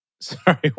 Sorry